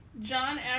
John